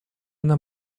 нам